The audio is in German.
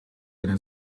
einer